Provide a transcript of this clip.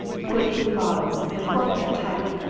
put it in bottles, and cork them tight.